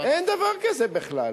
אין דבר, אין דבר כזה בכלל.